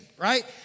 right